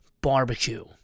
Barbecue